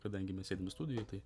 kadangi mes sėdim studijoj tai